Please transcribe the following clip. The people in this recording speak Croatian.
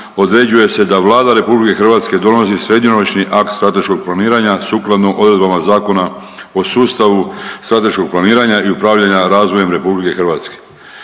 određuje se da Vlada RH donosi srednjoročni akt strateškog planiranja sukladno odredbama Zakona o sustavu strateškog planiranja i upravljanja razvojem RH.